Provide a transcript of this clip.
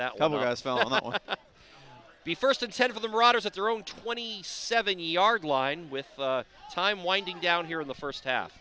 not be first instead of the marauders at their own twenty seven yard line with time winding down here in the first half